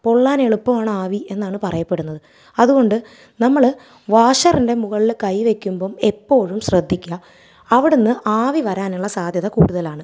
പൊള്ളാനെളുപ്പമാണ് ആവി എന്നാണ് പറയപ്പെടുന്നത് അത് കൊണ്ട് നമ്മൾ വാഷറിൻ്റെ മുകളിൽ കൈ വെയ്ക്കുമ്പോൾ എപ്പോഴും ശ്രദ്ധിക്കുക അവിടെന്ന് ആവി വരാനുള്ള സാധ്യത കൂടുതലാണ്